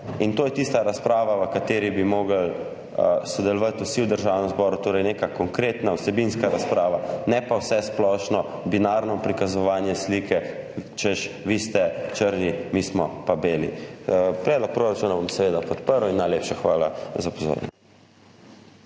To je tista razprava, v kateri bi morali sodelovati vsi v Državnem zboru, torej neka konkretna, vsebinska razprava, ne pa vsesplošno binarno prikazovanje slike, češ, vi ste črni, mi smo pa beli. Predlog proračuna bom seveda podprl. Najlepša hvala za pozornost.